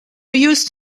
used